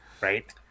Right